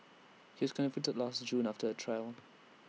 he was convicted last June after A trial